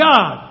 God